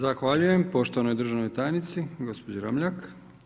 Zahvaljujem poštovanoj državnoj tajnici, gospođi Ramljak.